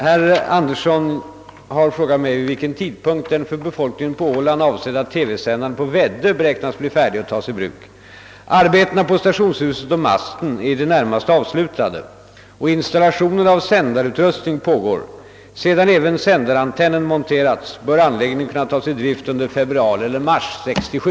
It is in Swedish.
Herr talman! Herr Andersson i Örebro har frågat mig vid vilken tidpunkt den för befolkningen på Åland avsedda TV-sändaren på Väddö beräknas bli färdig att tas i bruk. ten är i det närmaste avslutade, och installation av sändarutrustning pågår. Sedan även sändarantennen monterats, bör anläggningen kunna tas i drift under februari eller mars 1967.